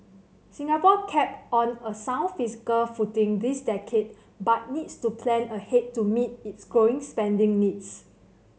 Singapore kept on a sound fiscal footing this decade but needs to plan ahead to meet its growing spending needs